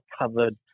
covered